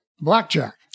blackjack